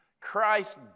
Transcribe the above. Christ